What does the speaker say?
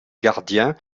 gardien